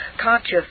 conscious